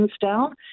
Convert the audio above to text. down